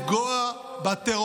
המשימה היא לפגוע בטרוריסטים,